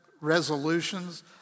resolutions